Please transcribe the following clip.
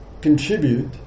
contribute